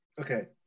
Okay